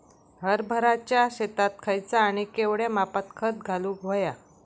हरभराच्या शेतात खयचा आणि केवढया मापात खत घालुक व्हया?